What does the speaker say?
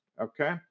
Okay